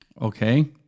okay